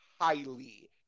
highly